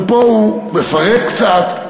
ופה הוא מפרט קצת: